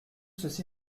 ceci